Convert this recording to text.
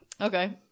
Okay